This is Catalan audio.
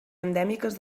endèmiques